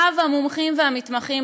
מממנים אותם ואת התפוצה שלהם,